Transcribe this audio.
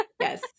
Yes